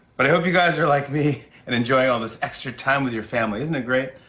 but i hope you guys are like me and enjoying all this extra time with your family. isn't it great?